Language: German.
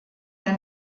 der